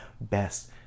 best